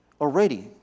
already